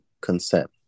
consent